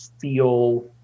feel